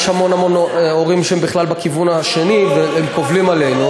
יש המון המון הורים שהם בכלל בכיוון השני והם קובלים עלינו,